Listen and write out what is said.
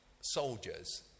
soldiers